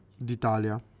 d'italia